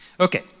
Okay